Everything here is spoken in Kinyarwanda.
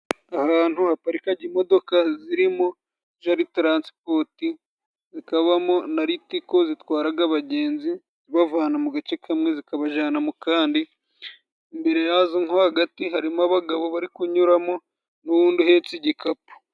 Ahantu haparikaga imodoka zirimo Jaritaransipoti, zikabamo na Litiko zitwaraga abagenzi, zibavana mu gace kamwe zikabajana mu kandi, imbere yazo nko hagati harimo abagabo bari kunyuramo n'uwundi uhetse igikapu